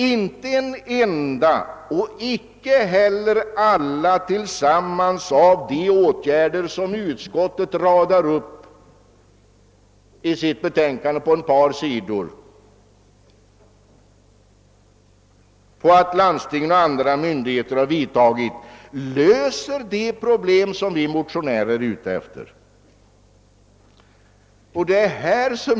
Ingen enstaka åtgärd och inte heller alla de åtgärder tillsammans, som utskottet beskriver på ett par sidor i sitt utlåtande och som landstingen och andra myndigheter vidtagit, löser de problem som motionärerna önskar klara av.